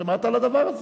שמעת על הדבר הזה?